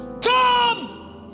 come